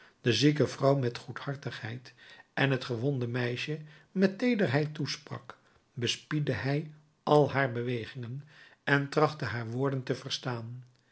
de zieke vrouw met goedhartigheid en het gewonde meisje met teederheid toesprak bespiedde hij al haar bewegingen en trachtte haar woorden te verstaan